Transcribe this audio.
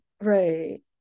right